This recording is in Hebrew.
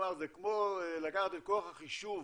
הוא אמר שזה כמו לקחת את כוח החישוב